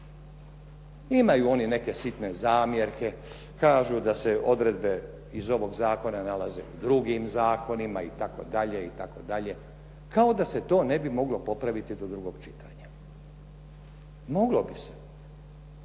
Imaju oni neke sitne zamjerke, kažu da se odredbe iz ovog zakona nalaze u drugim zakonima itd. kao da se to ne bi moglo popraviti do drugog čitanja. Moglo bi se.